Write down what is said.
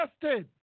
tested